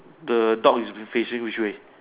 the dog is facing which way